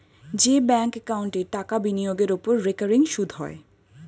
যে ব্যাঙ্ক একাউন্টে টাকা বিনিয়োগের ওপর রেকারিং সুদ হয়